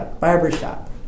barbershop